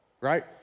Right